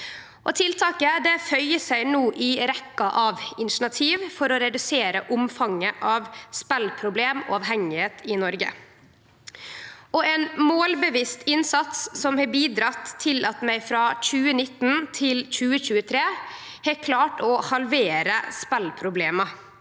Tiltaket føyer seg no inn i rekkja av initiativ for å redusere omfanget av speleproblem og avhengigheit i Noreg og ein målbevisst innsats som har bidratt til at vi frå 2019 til 2023 har klart å halvere speleproblema.